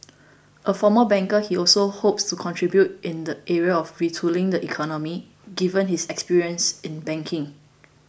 a former banker he also hopes to contribute in the area of retooling the economy given his experience in banking